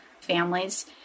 families